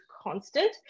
constant